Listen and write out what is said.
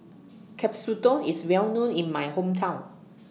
Katsudon IS Well known in My Hometown